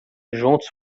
juntos